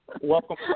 Welcome